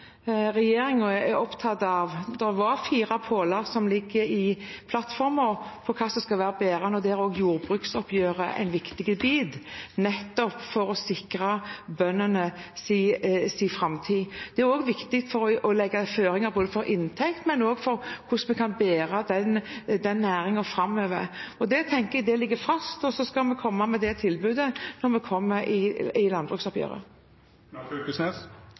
er opptatt av at det er fire påler som ligger i plattformen om hva som skal være bærende, og der er også jordbruksoppgjøret en viktig bit nettopp for å sikre bøndenes framtid. Det er også viktig å legge føringer for inntekt, men også for hvordan man kan bære den næringen framover. Det tenker jeg ligger fast, og så skal vi komme med tilbudet når vi kommer til landbruksoppgjøret. Det som ligg fast i dag, er innstillinga som hadde fleirtal i